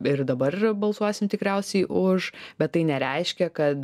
ir dabar yra balsuosim tikriausiai už bet tai nereiškia kad